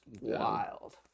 wild